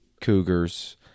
cougars